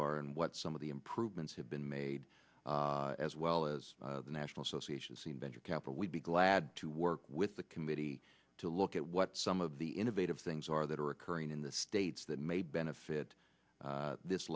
are and what some of the improvements have been made as well as the national association seen venture capital we'd be glad to work with the committee to look at what some of the innovative things are that are occurring in the states that may benefit this